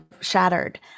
shattered